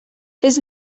his